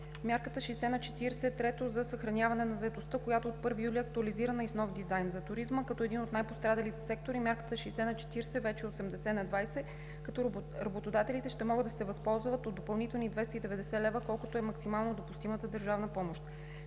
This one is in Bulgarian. мярката 60/40 е за съхраняване на заетостта, която от 1 юли е актуализирана и е с нов дизайн. За туризма – един от най-пострадалите сектори, мярката 60/40 вече е 80/20, като работодателите ще могат да се възползват от допълнителните 290 лв., колкото е максимално допустимата държавна помощ.